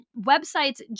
websites